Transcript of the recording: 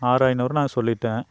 ஆறு ஐநூறு நான் சொல்லிட்டேன்